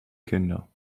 kinder